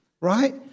right